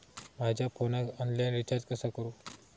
माझ्या फोनाक online recharge कसा करू?